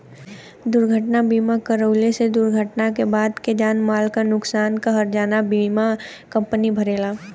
दुर्घटना बीमा करवले से दुर्घटना क बाद क जान माल क नुकसान क हर्जाना बीमा कम्पनी भरेला